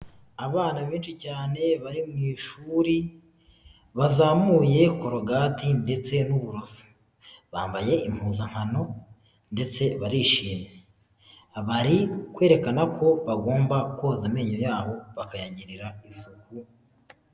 Abana benshi cyane bari mu ishuri bazamuye korogati ndetse n'uburoso, bambaye impuzankano ndetse barishimye, bari kwerekana ko bagomba koza amenyo yabo bakayagirira isuku.